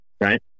right